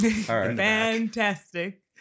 Fantastic